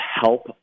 help